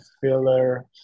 filler